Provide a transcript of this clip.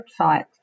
website